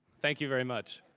thank you very much.